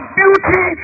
beauty